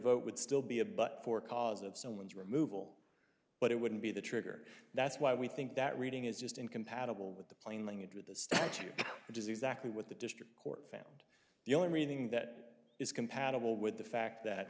vote would still be a but for cause of someone's removal but it wouldn't be the trigger that's why we think that reading is just incompatible with the plain language with the statute which is exactly what the district court found the only thing that is compatible with the fact that